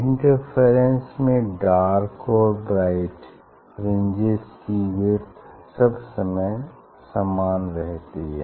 interference में dark और bright fringes की विड्थ सब समय समान रहती है